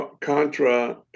Contra